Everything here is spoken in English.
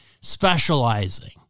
specializing